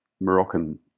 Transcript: Moroccan